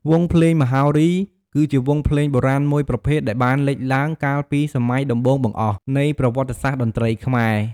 វង់ភ្លេងមហោរី គឺជាវង់ភ្លេងបុរាណមួយប្រភេទដែលបានលេចឡើង កាលពីសម័យដំបូងបង្អស់ នៃប្រវត្តិសាស្ត្រតន្ត្រីខ្មែរ។